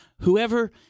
whoever